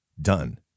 Done